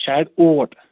شاید اوٹ